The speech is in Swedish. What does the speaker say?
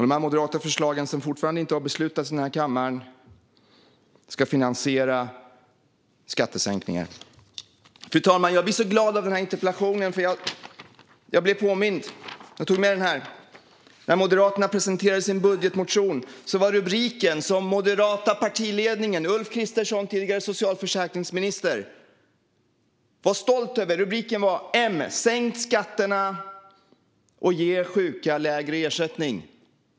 Dessa moderata förslag, som fortfarande inte har beslutats i kammaren, ska finansiera skattesänkningar. Fru talman! Att jag blir så glad av denna interpellation beror på att jag minns när Moderaterna presenterade sin budgetmotion. Jag har med mig tidningsartikeln här. Rubriken, som den moderata partiledningen och Ulf Kristersson, tidigare socialförsäkringsminister, var stolt över, löd "M: Sänk skatterna och ge sjuka lägre ersättning".